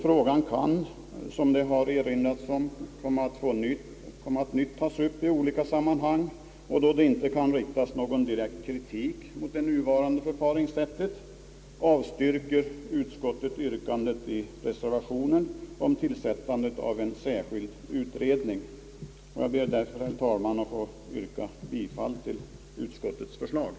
Frågan kan, som det har erinrats om, på nytt komma att tas upp i olika sammanhang, och då det inte kan riktas någon direkt kritik mot det nuvarande förfaringssättet avstyrker utskottet yrkandet i motionen och i reservationen om tillsättandet av en särskild utredning. Jag ber, herr talman, att få yrka bifall till utskottets förslag.